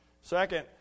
Second